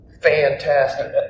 Fantastic